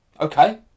Okay